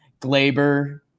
Glaber